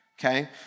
okay